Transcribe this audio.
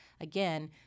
again